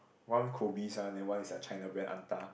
one Kobe's one then one is a China brand Anta